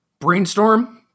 Brainstorm